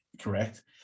correct